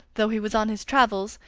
though he was on his travels,